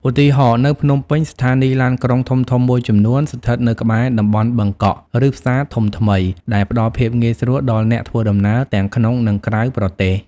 ឧទាហរណ៍ នៅភ្នំពេញ ស្ថានីយ៍ឡានក្រុងធំៗមួយចំនួនស្ថិតនៅក្បែរតំបន់បឹងកក់ ឬផ្សារធំថ្មី ដែលផ្តល់ភាពងាយស្រួលដល់អ្នកដំណើរទាំងក្នុង និងក្រៅប្រទេស។